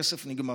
הכסף נגמר.